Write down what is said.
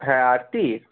হ্যাঁ আরতি